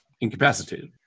incapacitated